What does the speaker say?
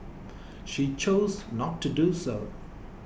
she chose not to do so